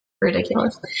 Ridiculous